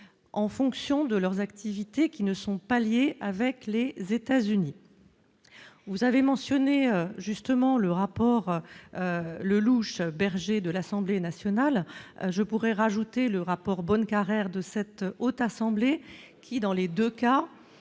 en fonction de leurs activités qui ne sont pas liés avec les États-Unis, vous avez mentionné justement le rapport Lelouch Berger de l'Assemblée nationale, je pourrais rajouter le rapport bonne Carrère de cette haute assemblée qui dans les 2 cas,